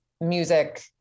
music